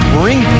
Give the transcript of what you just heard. bring